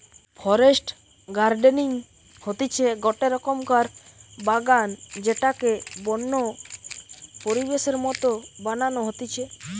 forest gardening হতিছে গটে রকমকার বাগান যেটাকে বন্য পরিবেশের মত বানানো হতিছে